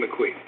McQueen